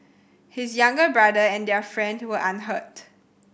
his younger brother and their friend were unhurt